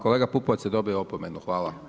Kolega Pupovac je dobio opomenu, hvala.